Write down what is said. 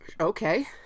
okay